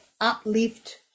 uplift